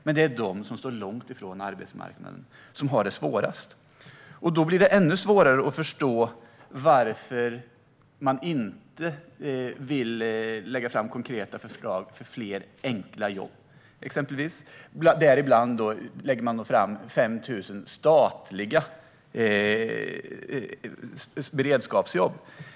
Men det är de som står långt från arbetsmarknaden som har det svårast. Då blir det ännu svårare att förstå varför man inte vill lägga fram konkreta förslag som skulle leda till fler enkla jobb. Man lägger exempelvis fram förslag för 5 000 statliga beredskapsjobb.